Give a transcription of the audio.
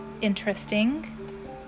interesting